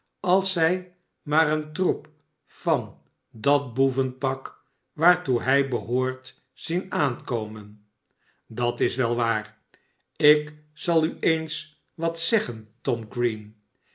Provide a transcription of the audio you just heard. als zij maar een troep van dat boevenpak waartoe hij behoort zien aankomen dat is wel waar ik zal u eens wat zeggen tom green